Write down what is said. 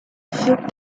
through